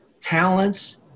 talents